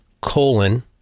colon